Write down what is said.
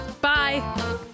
Bye